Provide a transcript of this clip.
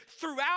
throughout